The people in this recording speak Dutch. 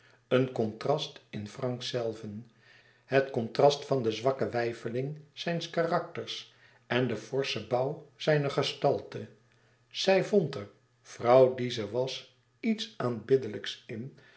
een contrast in frank zelven het contrast van de zwakke weifeling zijns karakters en den forschen bouw zijner gestalte zij vond er vrouw die ze was iets aanbiddelijks in